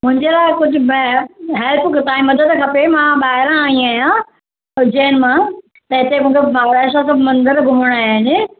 मुंहिंजे लाइ कुझु हैल्प तव्हांजी मदद खपे मां ॿाहिरां आई आहियां उजैन मां त हिते मूंखे महाराष्ट्रा त मंदिर घुमणा आहिनि